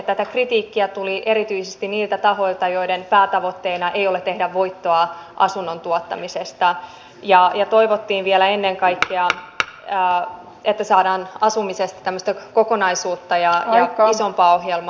tätä kritiikkiä tuli erityisesti niiltä tahoilta joiden päätavoitteena ei ole tehdä voittoa asunnontuottamisesta ja toivottiin vielä ennen kaikkea että saadaan asumisesta tämmöistä kokonaisuutta ja isompaa ohjelmaa